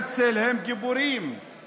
אמרתי קריאה אחת.